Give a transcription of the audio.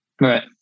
Right